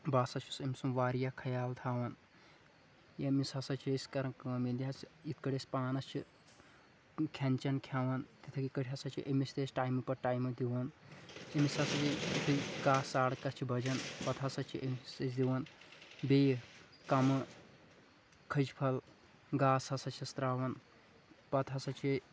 بہِ ہسا چھُس أمۍ سُنٛد واریاہ خیال تھاوان أمِس ہسا چھِ أسۍ کَران کٲم ییٚلہِ ہسا یتھٕ پٲٹھۍ أسۍ پانس چھِ کھٮ۪ن چٮ۪ن کھٮ۪وان تِتھٕے پٲٹھۍ ہسا چھِ أمِس تہِ أسۍ ٹایمہٕ پتہٕ ٹایمہٕ دِوان أمِس ہسا چھِ یِتھُے کاہ ساڑٕ کاہ چھِ بجان پتہٕ ہسا چھ أمِس أسۍ دِوان بیٚیہِ کَمہٕ خٔج پھل گاسہِ ہسا چِھِس ترٛاوان پتہٕ ہسا چھِ